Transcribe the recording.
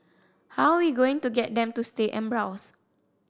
how we going to get them to stay and browse